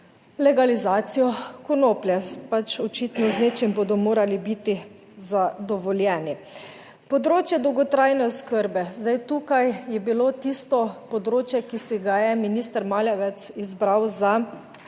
legalizacijo konoplje, pač očitno z nečim bodo morali biti zadovoljeni. Področje dolgotrajne oskrbe. Zdaj tukaj je bilo tisto področje, ki si ga je minister Maljevac izbral za